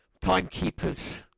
timekeepers